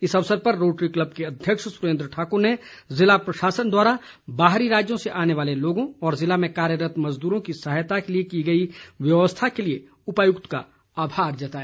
इस अवसर पर रोटरी क्लब के अध्यक्ष सुरेन्द्र ठाक्र ने जिला प्रशासन द्वारा बाहरी राज्यों से आने वाले लोगों और जिले में कार्यरत मजदूरों की सहायता के लिए की गई व्यवस्था के लिए उपायुक्त का आभार जताया